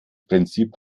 prinzip